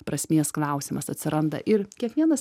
prasmės klausimas atsiranda ir kiekvienas